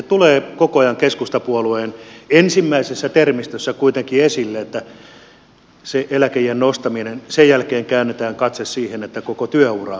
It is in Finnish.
tulee koko ajan keskustapuolueen ensimmäisessä termistössä kuitenkin esille että sen eläkeiän nostamisen jälkeen käännetään katse siihen että koko työuraa pitää pidentää